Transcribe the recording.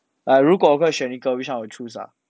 like 如果我可以选一个 which I will choose ah